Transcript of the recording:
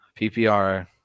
ppr